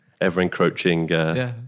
ever-encroaching